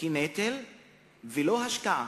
נטל ולא השקעה,